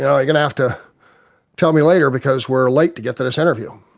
yeah going to have to tell me later because we are late to get to this interview.